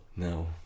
No